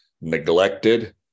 neglected